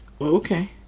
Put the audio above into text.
okay